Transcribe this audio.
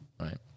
right